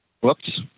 Whoops